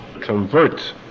convert